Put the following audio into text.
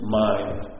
mind